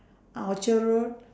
ah orchard-road